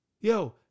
Yo